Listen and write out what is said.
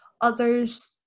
others